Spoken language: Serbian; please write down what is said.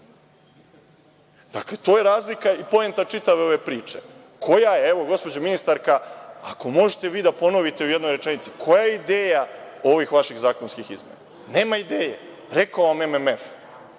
Dakle, to je razlika i poenta čitave ove priče. Koja je, evo gospođo ministarka, ako možete vi da ponovite u jednoj rečenici, koja je ideja ovih vaših zakonskih interesa? Nema ideje. Rekao MMF